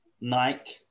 Nike